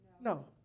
No